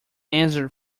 answer